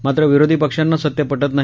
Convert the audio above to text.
मात्र विरोधी पक्षांना सत्य पटत नाही